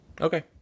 Okay